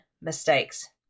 mistakes